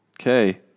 Okay